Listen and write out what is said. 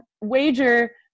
wager